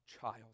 child